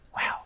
wow